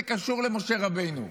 זה קשור למשה רבנו.